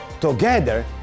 Together